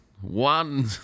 one